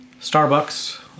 Starbucks